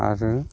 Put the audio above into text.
आरो